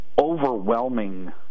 overwhelming